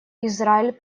израиль